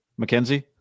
McKenzie